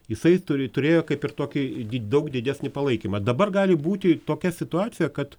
jisai turi turėjo kaip ir tokį daug didesnį palaikymą dabar gali būti tokia situacija kad